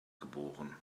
geboren